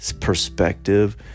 perspective